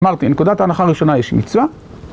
מרטין, נקודת ההנחה הראשונה היא יש מצווה?